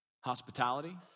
hospitality